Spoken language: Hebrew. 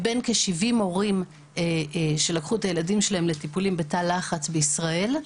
מבין כ-70 הורים שלקחו את הילדים שלהם לטיפולים בתא לחץ בישראל,